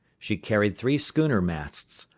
she carried three schooner-masts,